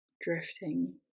drifting